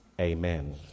Amen